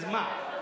אז מה?